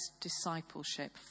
discipleship